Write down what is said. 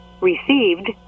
received